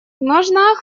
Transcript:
ножнах